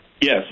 yes